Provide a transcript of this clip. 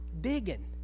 digging